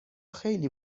خیلی